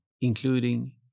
including